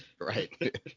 right